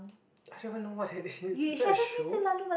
I don't even know what that is is that a show